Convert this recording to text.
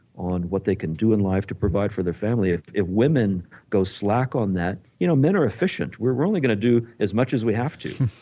on what they can do in life to provide for the family, if if women go slack on that, you know men are efficient we're we're only going to do as much as we have to.